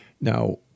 Now